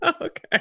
Okay